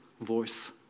voice